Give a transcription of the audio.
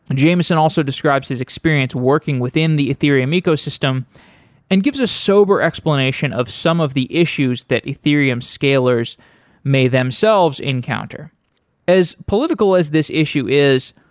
and jameson also describes his experience working within the ethereum ecosystem and gives a sober explanation of some of the issues that ethereum scalers scalers may themselves encounter as political as this issue is,